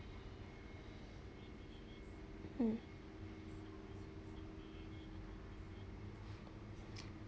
mm